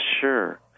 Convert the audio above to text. Sure